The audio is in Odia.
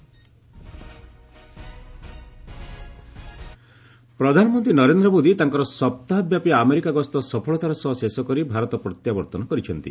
ପିଏମ୍ ଆରାଇଭାଲ୍ ପ୍ରଧାନମନ୍ତ୍ରୀ ନରେନ୍ଦ୍ର ମୋଦି ତାଙ୍କର ସପ୍ତାହବ୍ୟାପୀ ଆମେରିକା ଗସ୍ତ ସଫଳତାର ସହ ଶେଷ କରି ଭାରତ ପ୍ରତ୍ୟାବର୍ତ୍ତନ କରିଛନ୍ତି